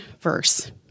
verse